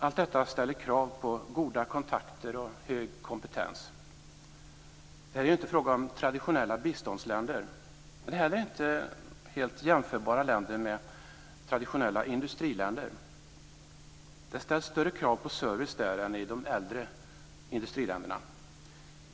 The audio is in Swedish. Allt detta ställer krav på goda kontakter och hög kompetens. Det här är ju inte fråga om traditionella biståndsländer. Men dessa länder är inte heller helt jämförbara med traditionella industriländer. Det ställs större krav på service där än i de äldre industriländerna.